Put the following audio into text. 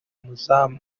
umuzamu